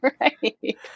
Right